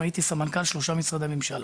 הייתי סמנכ"ל של שלושה משרדי ממשלה